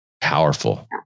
Powerful